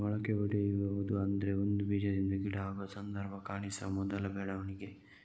ಮೊಳಕೆಯೊಡೆಯುವುದು ಅಂದ್ರೆ ಒಂದು ಬೀಜದಿಂದ ಗಿಡ ಆಗುವ ಸಂದರ್ಭ ಕಾಣಿಸುವ ಮೊದಲ ಬೆಳವಣಿಗೆ